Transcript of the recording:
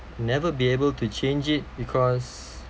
never be able to change it because